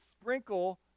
sprinkle